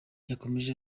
yakomeje